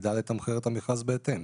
יידע לתמחר את המכרז בהתאם.